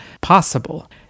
possible